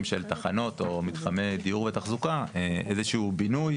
של תחנות או מתחמי דיור לתחזוקה איזה שהוא בינוי,